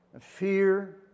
Fear